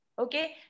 Okay